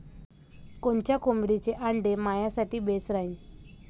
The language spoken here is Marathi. कोनच्या कोंबडीचं आंडे मायासाठी बेस राहीन?